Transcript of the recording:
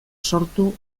sortu